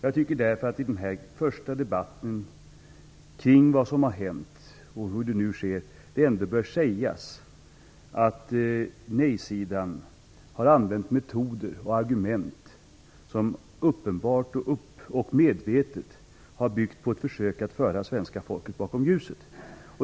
Jag tycker därför att det i den här första debatten kring vad som har hänt ändå bör sägas att nejsidan har använt metoder och argument som uppenbart och medvetet har byggt på ett försök att föra svenska folket bakom ljuset.